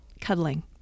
cuddling